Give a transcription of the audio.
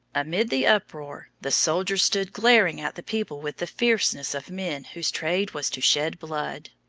amid the uproar, the soldiers stood glaring at the people with the fierceness of men whose trade was to shed blood.